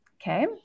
Okay